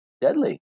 deadly